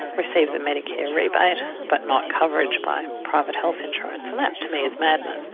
receives a medicare rebate but not coverage by private health insurance, and that to me is madness.